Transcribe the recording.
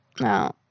No